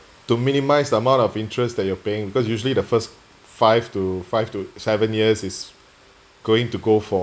to minimise the amount of interest that you are paying because usually the first five to five to seven years is going to go for